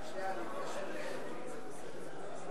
רק שנייה, אני אתקשר לאלקין, אם זה בסדר.